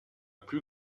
plus